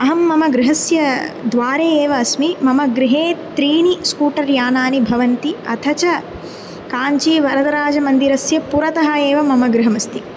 अहं मम गृहस्य द्वारे एव अस्मि मम गृहे त्रीणि स्कूटर् यानानि भवन्ति अथ च काञ्ची वरदराजमन्दिरस्य पुरतः एव मम गृहमस्ति